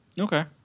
Okay